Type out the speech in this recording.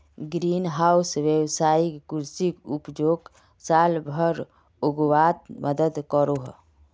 green house वैवसायिक कृषि उपजोक साल भर उग्वात मदद करोह